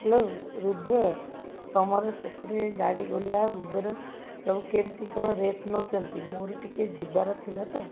hello Rudra ତମର ସେକରେ ଗାଡ଼ି ଓଲା ଉବେର୍ ସବୁ କେମିତି କ'ଣ ରେଟ୍ ନେଉଛନ୍ତି ମୋର ଟିକେ ଯିବାର ଥିଲା ତ